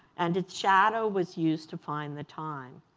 and its shadow was used to find the time.